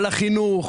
על החינוך,